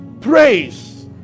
praise